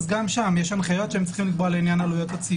גם שם יש הנחיות שהם צריכים לקבוע לעניין הציות.